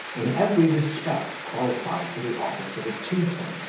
in every respect qualified for the office of a tutor.